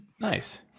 Nice